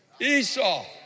Esau